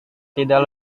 tidak